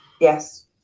Yes